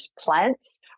plants